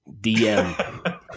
DM